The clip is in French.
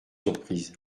surprise